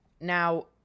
Now